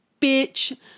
bitch